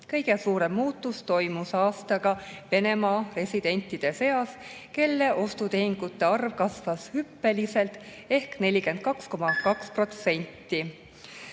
Kõige suurem muutus toimus aastaga Venemaa residentide seas, kelle ostutehingute arv kasvas hüppeliselt ehk 42,2%.